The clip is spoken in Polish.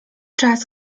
czas